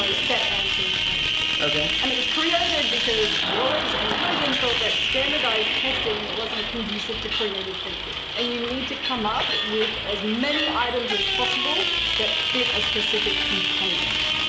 um set answers for anything. ok. and it was created because wallach and kogan thought that standardized testing wasn't conducive to creative thinking. and you need to come up with as many items as possible that fit a specific component.